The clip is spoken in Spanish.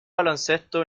baloncesto